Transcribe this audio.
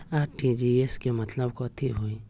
RTGS के मतलब कथी होइ?